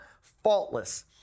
faultless